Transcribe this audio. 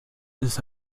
ist